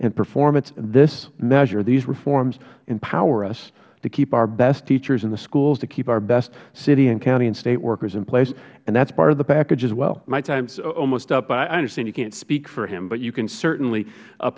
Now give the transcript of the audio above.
and performance this measure these reforms empower us to keep our best teachers in the schools to keep our best city and county and state workers in place and that is part of the package as well mister murphy my time is almost up i understand you cant speak for him but you can certainly